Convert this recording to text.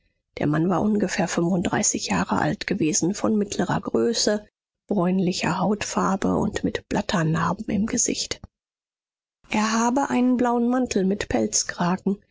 der mann war ungefähr fünfunddreißig jahre alt gewesen von mittlerer größe bräunlicher hautfarbe und mit blatternarben im gesicht er habe einen blauen mantel mit pelzkragen